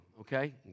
Okay